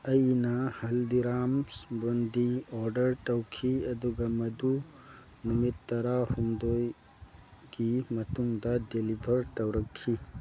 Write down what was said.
ꯑꯩꯅ ꯍꯜꯗꯤꯔꯥꯝꯁ ꯕꯨꯜꯗꯤ ꯑꯣꯗꯔ ꯇꯧꯈꯤ ꯑꯗꯨꯒ ꯃꯗꯨ ꯅꯨꯃꯤꯠ ꯇꯔꯥꯍꯨꯝꯗꯣꯏꯒꯤ ꯃꯇꯨꯡꯗ ꯗꯤꯂꯤꯕꯔ ꯇꯧꯔꯛꯈꯤ